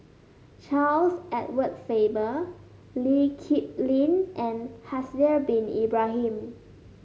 Charles Edward Faber Lee Kip Lin and Haslir Bin Ibrahim